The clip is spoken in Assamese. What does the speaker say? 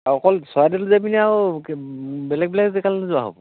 আৰু অকল চৰাইদেউলৈ যাবি নে আৰু বেলেগ বেলেগ জেগালৈয়ো যোৱা হ'ব